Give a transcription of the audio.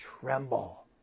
tremble